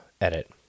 edit